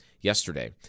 yesterday